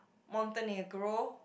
Montenegro